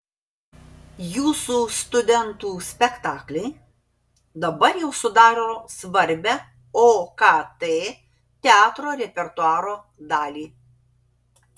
jūsų studentų spektakliai dabar jau sudaro svarbią okt teatro repertuaro dalį